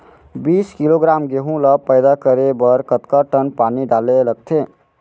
बीस किलोग्राम गेहूँ ल पैदा करे बर कतका टन पानी डाले ल लगथे?